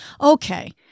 Okay